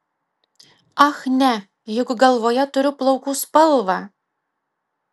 ach ne juk galvoje turiu plaukų spalvą